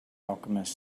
alchemist